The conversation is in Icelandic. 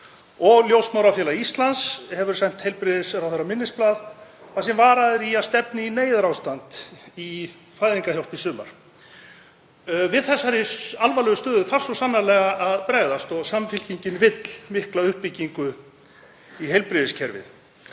og Ljósmæðrafélag Íslands hefur sent heilbrigðisráðherra minnisblað þar sem varað er við að stefni í neyðarástand í fæðingarhjálp í sumar. Við þessari alvarlegu stöðu þarf svo sannarlega að bregðast og Samfylkingin vill mikla uppbyggingu í heilbrigðiskerfinu.